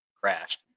crashed